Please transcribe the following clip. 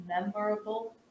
Memorable